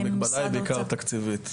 המגבלה היא בעיקר תקציבית,